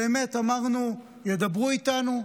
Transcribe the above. באמת אמרנו: ידברו איתנו.